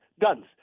guns